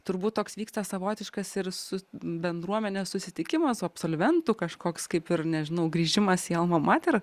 turbūt toks vyksta savotiškas ir su bendruomene susitikimas absolventų kažkoks kaip ir nežinau grįžimas į alma mater